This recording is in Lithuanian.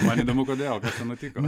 man įdomu kodėl kas ten nutiko